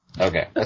Okay